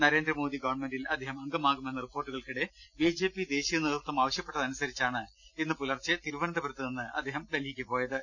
നരേന്ദ്രമോദി ഗവൺമെന്റിൽ അദ്ദേഹം അംഗമാകുമെന്ന റിപ്പോർട്ടുകൾക്കിടെ ബിജെപി ദേശീയ നേതൃത്വം ആവശ്യപ്പെട്ടതനുസരിച്ചാണ് ഇന്ന് പുലർച്ചെ തിരുവനന്തപുരത്ത് നിന്ന് അദ്ദേഹം ഡൽഹിക്ക് പോയത്